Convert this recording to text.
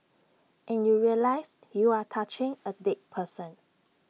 and you realise you are touching A dead person